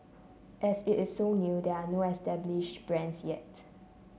as it is so new there are no established brands yet